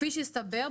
כפי שהסתבר,